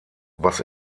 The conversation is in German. was